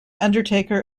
undertaker